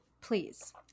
please